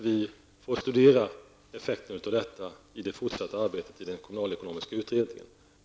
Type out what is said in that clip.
Vi får studera effekterna av detta i det fortsatta arbetet i den kommunalekonomiska utredningen.